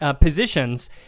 positions